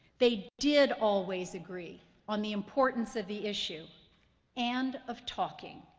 they did always agree on the importance of the issue and of talking.